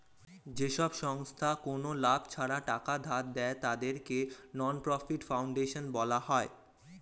যেসব সংস্থা কোনো লাভ ছাড়া টাকা ধার দেয়, তাদেরকে নন প্রফিট ফাউন্ডেশন বলা হয়